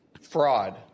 Fraud